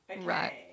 Right